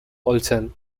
olson